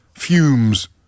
Fumes